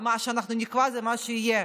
ומה שאנחנו נקבע זה מה שיהיה,